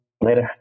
Later